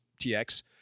TX